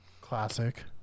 Classic